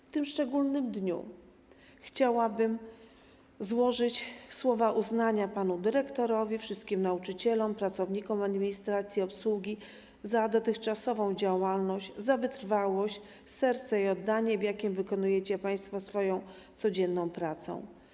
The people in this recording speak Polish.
W tym szczególnym dniu chciałabym złożyć słowa uznania dla pana dyrektora, wszystkich nauczycieli, pracowników administracji i obsługi za dotychczasową działalność, za wytrwałość, serce i oddanie, z jakim wykonujecie państwo swoją codzienną pracę.